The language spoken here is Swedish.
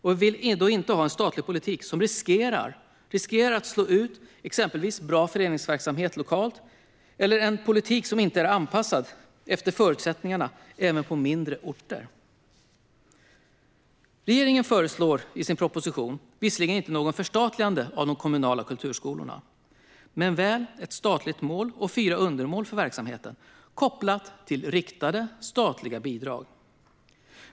Vi vill då inte ha en statlig politik som riskerar att slå ut exempelvis bra föreningsverksamhet lokalt eller en politik som inte är anpassad efter förutsättningarna även på mindre orter. Regeringen föreslår i propositionen visserligen inte något förstatligande av de kommunala kulturskolorna men väl ett statligt mål och fyra undermål för verksamheten. Det är kopplat till riktade statliga bidrag.